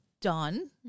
done